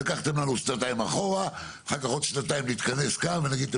לקחתם לנו שנתיים אחורה ואחר כך בעוד שנתיים נתכנס כאן ונגיד,